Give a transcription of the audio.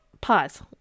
pause